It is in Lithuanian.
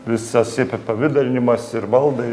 visas apipavidalinimas ir baldai